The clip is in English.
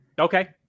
Okay